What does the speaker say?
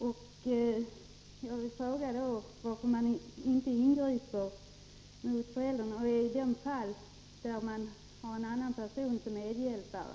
Jag vill fråga: Varför ingriper man inte mot föräldrar i de fall då det är en annan person som är medhjälpare?